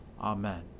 Amen